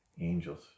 angels